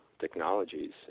technologies